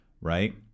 right